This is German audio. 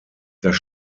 das